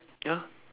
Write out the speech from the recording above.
ya